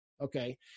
Okay